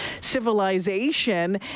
civilization